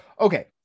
Okay